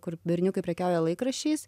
kur berniukai prekiauja laikraščiais